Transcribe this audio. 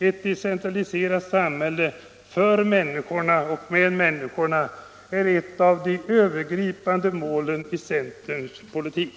Ett decentraliserat samhälle — för människorna och med människorna — är ett av de övergripande målen i centerns politik.